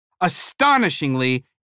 Astonishingly